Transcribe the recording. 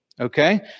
Okay